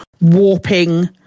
warping